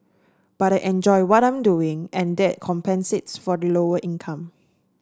but I enjoy what I'm doing and that compensates for the lower income